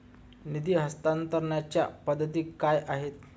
निधी हस्तांतरणाच्या पद्धती काय आहेत?